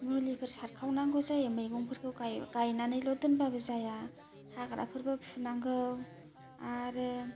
मुलिफोर सारखावनांगौ जायो मैगंफोरखौ गाइयो गाइनानैल' दोनबाबो जाया हाग्राफोरखौ फुनांगौ आरो